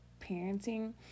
parenting